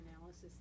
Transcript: analysis